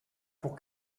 pour